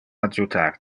adjutar